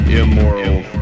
immoral